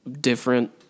different